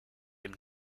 dem